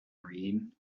read